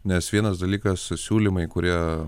nes vienas dalykas siūlymai kurie